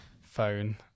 phone